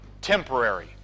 Temporary